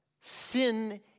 sin